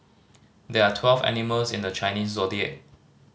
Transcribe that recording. there are twelve animals in the Chinese Zodiac